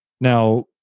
Now